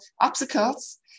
obstacles